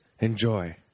Enjoy